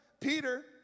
Peter